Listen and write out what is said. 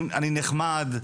אני נחמד,